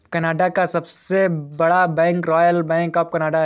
Canada का सबसे बड़ा bank Royal Bank of Canada है